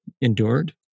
endured